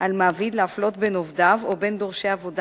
על מעביד להפלות בין עובדיו או בין דורשי עבודה